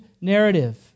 narrative